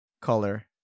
color